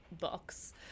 books